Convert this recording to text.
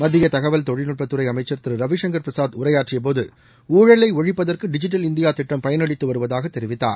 மத்திய தகவல் தொழில்நுட்பத்துறை அமைக்கர் திரு ரவிசங்கள் பிரசாத் உரையாற்றியபோது ஊழலை ஒழிப்பதற்கு டிஜிட்டல் இந்தியா திட்டம் பயனளித்து வருவதாக தெரிவித்தார்